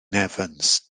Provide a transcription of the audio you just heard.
evans